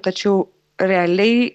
tačiau realiai